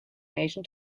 nation